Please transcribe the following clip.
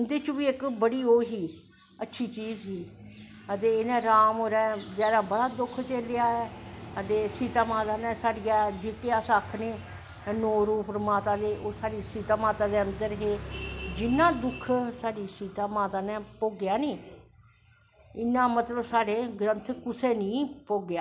उंदे च बी ओह् बड़ा अच्छी चीज़ ही ते इनैं राम होरैं बचैरैं बड़ा दुख झेलेआ ऐ ते सीता माता नै साढ़ियां जेह्का अस आखनें नौ रूप न माता दे ओह् साढ़ी सीता माता दे अन्दर हे जिन्ना दुख साढ़ी सीता माता नै भोगेआ नी इन्ना मतलव साढ़े ग्रंथ कुसै नी भोगेआ ऐ